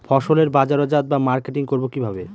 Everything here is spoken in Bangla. ফসলের বাজারজাত বা মার্কেটিং করব কিভাবে?